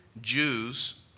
Jews